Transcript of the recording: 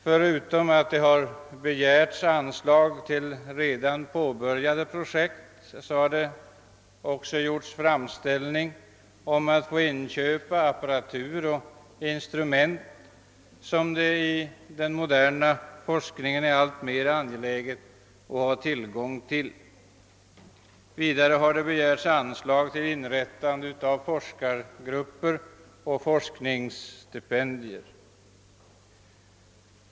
Förutom att man begär anslag till redan påbörjade projekt har man också gjort framställning om att få inköpa apparatur och instrument som det i den moderna forskningen är alltmer angeläget att ha tillgång till. Vidare har begärts anslag till forskargrupper och forskningsstipendier.